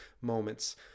moments